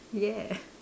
yes